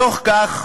בתוך כך,